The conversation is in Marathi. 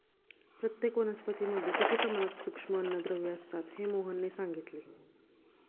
प्रत्येक वनस्पतीमध्ये किती प्रमाणात सूक्ष्म अन्नद्रव्ये असतात हे मोहनने सांगितले